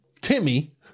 Timmy